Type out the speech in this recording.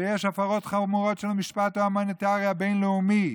שיש הפרות חמורות של המשפט ההומניטרי הבין-לאומי,